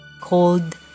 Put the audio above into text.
called